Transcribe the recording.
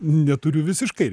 neturiu visiškai